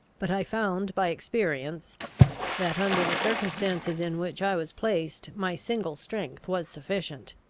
but i found by experience that, under the circumstances in which i was placed, my single strength was sufficient.